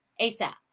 ASAP